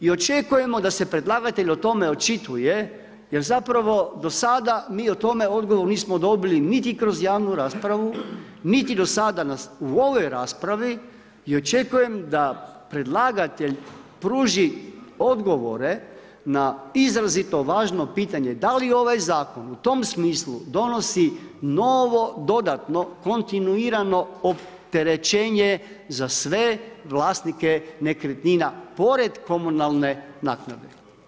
I očekujemo da se predlagatelj o tome očituje jer zapravo do sada mi o tome u odgovoru nismo dobili niti kroz javnu raspravu, niti do sada u ovoj raspravi i očekujem da predlagatelj pruži odgovore na izrazito važno pitanje, da li ovaj zakon u tom smislu donosi novo dodatno kontinuirano opterećenje za sve vlasnike nekretnina pored komunalne naknade.